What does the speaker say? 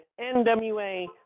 NWA